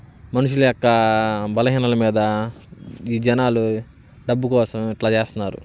మనుషుల యొక్క బలహీనల మీద ఈ జనాలు డబ్బు కోసం ఇట్లా చేస్తున్నారు